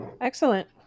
Excellent